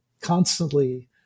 Constantly